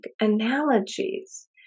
analogies